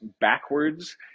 backwards